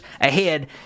ahead